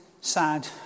sad